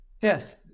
Yes